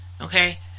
okay